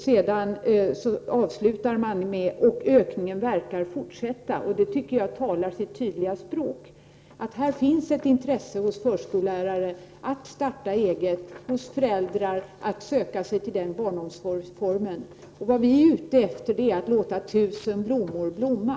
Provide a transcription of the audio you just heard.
Man avslutar med att säga att ökningen verkar fortsätta. Det tycker jag talar sitt tydliga språk: Här finns ett intresse hos förskollärare att starta eget och hos föräldrar att söka sig till den barnomsorgsformen. Vad vi är ute efter är att låta tusen blommor blomma.